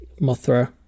Mothra